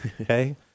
Okay